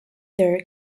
their